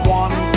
one